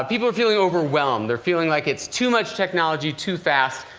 people are feeling overwhelmed. they're feeling like it's too much technology, too fast.